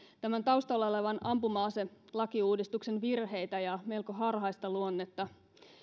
tämän taustalla olevan ampuma aselakiuudistuksen virheitä ja melko harhaista luonnetta